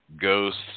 ghosts